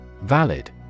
Valid